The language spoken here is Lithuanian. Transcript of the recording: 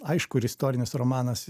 aišku ir istorinis romanas